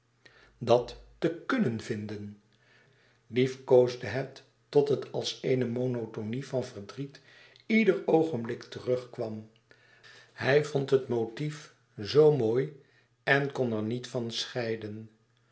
dat te knnen vinden liefkoosde het tot het als eene monotonie van verdriet ieder oogenblik terugkwam hij vond het motief zoo mooi en kon er niet van scheiden